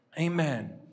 Amen